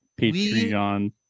Patreon